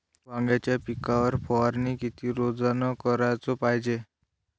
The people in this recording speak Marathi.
वांग्याच्या पिकावर फवारनी किती रोजानं कराच पायजे?